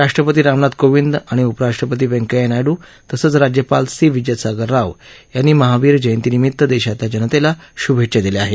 राष्ट्रपती रामनाथ कोविंद आणि उपराष्ट्रपती व्यंकया नायड्र तसंच राज्यपाल सी विद्यासागर राव यांनी महावीर जयंतीनिमित्त देशातल्या जनतेला शुभेच्छा दिल्या आहेत